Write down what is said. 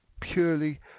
purely